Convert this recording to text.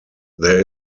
there